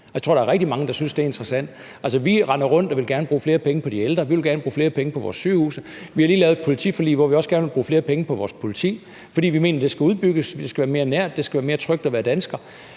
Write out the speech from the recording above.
Jeg tror, der er rigtig mange, der synes, at det er interessant. Altså, vi vil gerne bruge flere penge på de ældre, vi vil gerne bruge flere penge på vores sygehuse, og vi har lige lavet et politiforlig, hvor vi også gerne vil bruge flere penge på vores politi, fordi vi mener, at det skal udbygges. Det skal være mere nært, og det skal være mere trygt at være dansker.